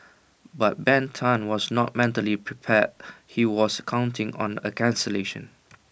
but Ben Tan was not mentally prepared he was counting on A cancellation